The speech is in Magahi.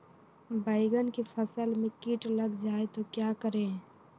बैंगन की फसल में कीट लग जाए तो क्या करें?